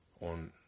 on